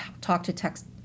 talk-to-text